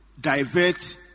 divert